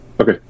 Okay